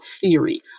theory